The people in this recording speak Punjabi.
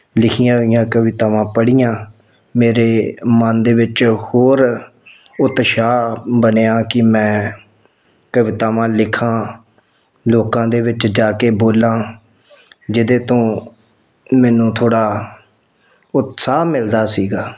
ਲਿਖੀਆਂ ਹੋਈਆਂ ਕਵਿਤਾਵਾਂ ਪੜ੍ਹੀਆਂ ਮੇਰੇ ਮਨ ਦੇ ਵਿੱਚ ਹੋਰ ਉਤਸ਼ਾਹ ਬਣਿਆ ਕਿ ਮੈਂ ਕਵਿਤਾਵਾਂ ਲਿਖਾਂ ਲੋਕਾਂ ਦੇ ਵਿੱਚ ਜਾ ਕੇ ਬੋਲਾਂ ਜਿਹਦੇ ਤੋਂ ਮੈਨੂੰ ਥੋੜ੍ਹਾ ਉਤਸਾਹ ਮਿਲਦਾ ਸੀਗਾ